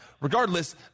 regardless